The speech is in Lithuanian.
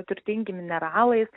turtingi mineralais